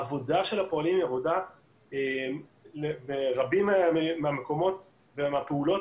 העבודה של הפועלים ברבים מהמקומות ומהפעולות